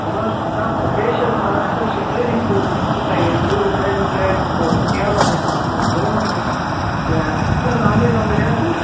سُہ نَہ چھُ کانٛہہ پر بیٚیہِ چھا حظ کانٛہہ اسہِ حظ چھِ سٲری فرٛوٗٹ یُس تہِ تۄہہِ حظ فرٛوٗٹ لگوٕ چاہے سُہ کیلہٕ آسن یا ژوٗنٛٹھ ٲسِنۍ یا چھِنہَ حظ اَمبٕر ومبٕر آسان